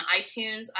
iTunes